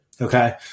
okay